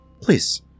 Please